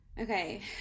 Okay